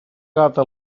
gata